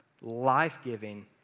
life-giving